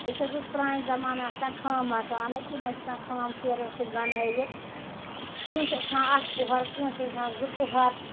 ییٚتہِ حظ اوس پرانہِ زَمانہٕ آسان خام مَکانہٕ تِم ٲسۍ آسان خام سیرِو سۭتۍ بَنٲوِتھ کٲنٛسہِ اوس آسان اکھ پُہر کٲنٛسہِ ٲسۍ آسان زٕ پُہَر